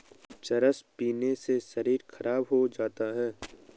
चरस पीने से शरीर खराब हो जाता है